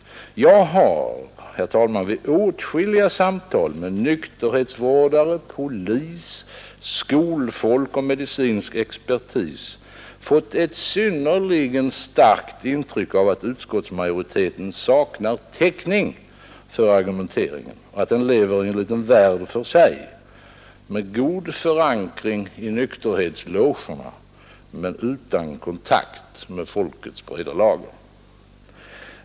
Jag har, herr talman, vid åtskilliga samtal med nykterhetsvårdare, polis, skolfolk och medicinsk expertis fått ett synnerligen starkt intryck av att utskottsmajoriteten saknar täckning för argumenteringen och att den lever i en liten värld för sig — med god förankring i nykterhetslogerna men utan kontakt med folkets breda lager.